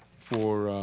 for